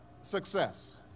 success